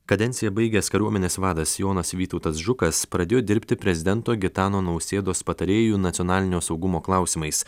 kadenciją baigęs kariuomenės vadas jonas vytautas žukas pradėjo dirbti prezidento gitano nausėdos patarėju nacionalinio saugumo klausimais